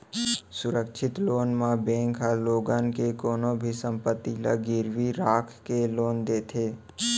सुरक्छित लोन म बेंक ह लोगन के कोनो भी संपत्ति ल गिरवी राख के लोन देथे